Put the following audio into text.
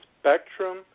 Spectrum